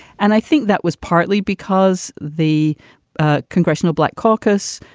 and i think that was partly because the ah congressional black caucus,